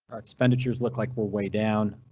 our expenditures look like we're way down.